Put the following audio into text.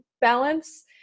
balance